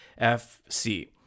FC